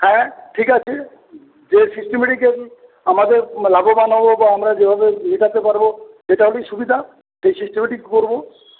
হ্য়াঁ ঠিক আছে যে সিস্টেমে আমরা লাভবান হব বা আমরা যেভাবে মেটাতে পারব যেটা হলেই সুবিধা সেই সিস্টেমেই করব